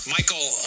Michael